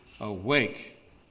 awake